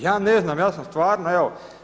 Ja ne znam, ja sam stvarno evo.